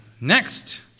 Next